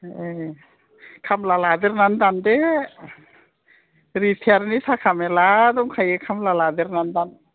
ए खामब्ला लादेरनानै दानदो रिथियार नि थाखा मेरला दंखायो खामब्ला लादेरनानै दानदो